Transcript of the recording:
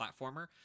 platformer